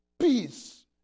Peace